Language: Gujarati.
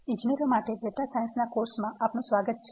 ઇજનેરો માટે ડેટા સાયન્સના કોર્સમાં આપનું સ્વાગત છે